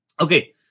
Okay